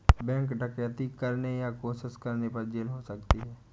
bank डकैती करने या कोशिश करने पर जेल हो सकती है